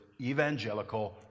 evangelical